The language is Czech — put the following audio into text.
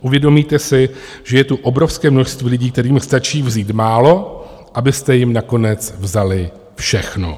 Uvědomíte si, že je tu obrovské množství lidí, kterým stačí vzít málo, abyste jim nakonec vzali všechno.